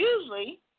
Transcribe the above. usually